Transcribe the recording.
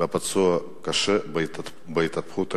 ופצוע קשה בהתהפכות רכב.